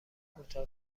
کوتاه